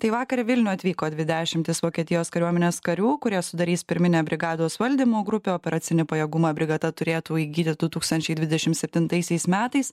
tai vakar į vilnių atvyko dvi dešimtys vokietijos kariuomenės karių kurie sudarys pirminę brigados valdymo grupių operacinį pajėgumą brigada turėtų įgyti du dūkstančiai dvidešim septintaisiais metais